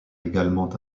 également